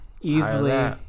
easily